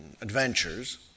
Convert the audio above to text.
adventures